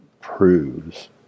proves